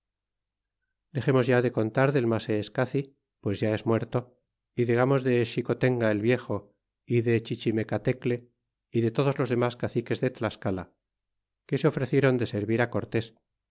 dexémos ya de contar del maseescaci pues ya es muerto y digamos de xicolenga el viejo y de chichimecatecle y de todos los lemas caciques de tlascala que se ofrecieron de servir cortés